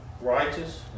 righteous